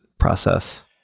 Process